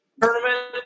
tournament